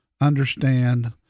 understand